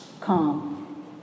calm